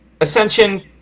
ascension